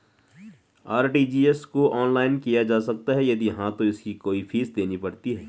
RTGS को online किया जा सकता है यदि हाँ तो इसकी कोई फीस देनी पड़ती है?